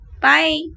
Bye